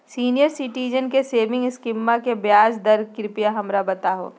senior citizen के saving स्कीमवा के ब्याज दर कृपया हमरा बताहो